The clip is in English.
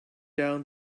down